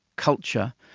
culture,